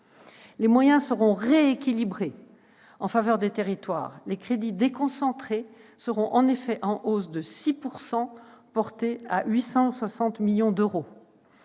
Les moyens seront rééquilibrés en faveur des territoires. Les crédits déconcentrés seront en effet portés à 860 millions d'euros,